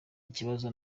ibibazo